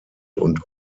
und